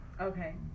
Okay